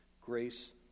Grace